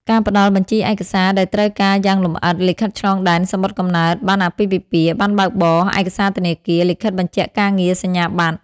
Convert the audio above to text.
ការផ្តល់បញ្ជីឯកសារដែលត្រូវការយ៉ាងលម្អិត លិខិតឆ្លងដែន សំបុត្រកំណើត ប័ណ្ណអាពាហ៍ពិពាហ៍ ប័ណ្ណបើកបរ ឯកសារធនាគារ លិខិតបញ្ជាក់ការងារ សញ្ញាបត្រ។